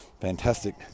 Fantastic